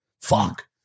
Fuck